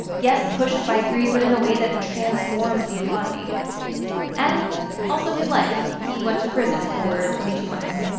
yes, pushed by greed but in a way that transformed the economy and also his life. he went to prison for twenty two months